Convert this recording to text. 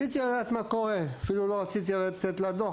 רציתי לדעת מה קורה אפילו לא רציתי לתת לה דו"ח,